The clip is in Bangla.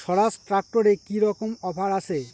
স্বরাজ ট্র্যাক্টরে কি রকম অফার আছে?